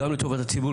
גם לטובת הציבור,